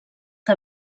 que